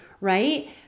right